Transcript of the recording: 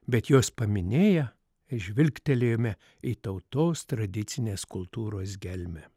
bet jos paminėję žvilgtelėjome į tautos tradicinės kultūros gelmę